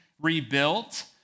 rebuilt